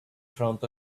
front